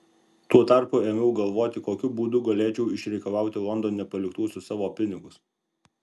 tuo tarpu ėmiau galvoti kokiu būdu galėčiau išreikalauti londone paliktuosius savo pinigus